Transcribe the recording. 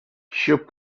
щоб